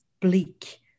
bleak